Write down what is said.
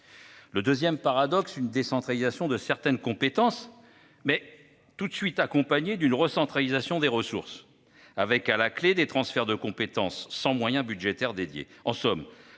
Deuxième paradoxe : la décentralisation de certaines compétences s'est immédiatement accompagnée d'une recentralisation des ressources, avec à la clé des transferts de compétences sans moyens budgétaires propres.